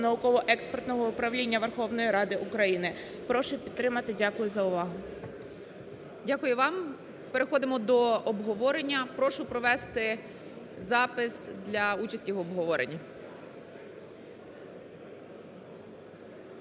науково-експертного управління Верховної Ради України. Прошу підтримати. Дякую за увагу. ГОЛОВУЮЧИЙ. Дякую вам. Переходимо до обговорення, прошу провести два запис для участі в обговоренні.